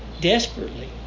Desperately